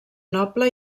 noble